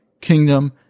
kingdom